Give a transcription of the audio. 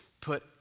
put